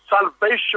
salvation